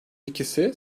ikisi